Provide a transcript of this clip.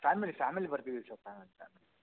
family family ಬರ್ತೀವಿ sir family family